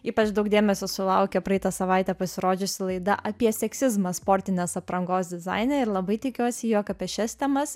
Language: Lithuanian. ypač daug dėmesio sulaukia praeitą savaitę pasirodžiusi laida apie seksizmą sportinės aprangos dizaine ir labai tikiuosi jog apie šias temas